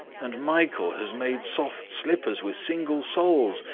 and michael has made soft slippers with single soles,